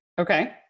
Okay